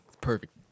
perfect